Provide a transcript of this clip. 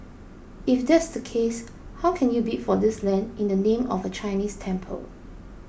if that's the case how can you bid for this land in the name of a Chinese temple